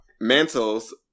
mantles